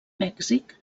mèxic